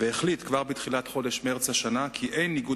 והחליט כבר בחודש מרס השנה כי אין ניגוד